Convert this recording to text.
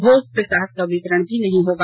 भोग प्रसाद का वितरण भी नहीं होगा